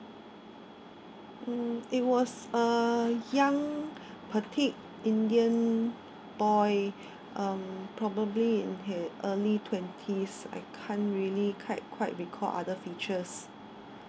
mm it was a young petite indian boy probably in his early twenties I can't really quite quite recall other features